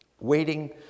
Waiting